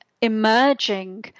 emerging